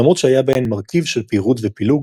למרות שהיה בהן מרכיב של פירוד ופילוג,